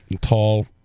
Tall